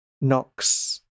knocks